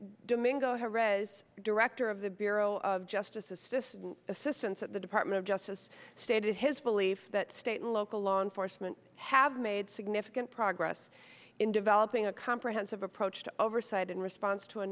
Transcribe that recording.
domingo have read as director of the bureau of justice assist assistance at the department of justice stated his belief that state and local law enforcement have made significant progress in developing a comprehensive approach to oversight and response to a